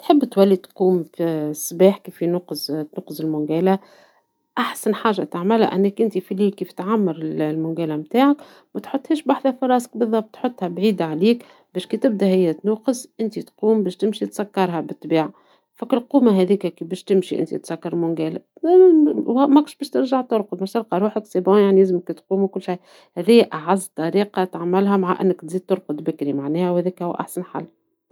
إذا صديقك يلقى صعوبة في الاستيقاظ، نقول له جرب تنظم وقت نومك. حاول تروح للفراش في وقت محدد، وتجنب الشاشات قبل النوم. نجم تحط منبه بعيد عليك، وبهذا لازم تقوم. ومن بعد، ممكن تتناول فطور صحي باش تزود طاقتك.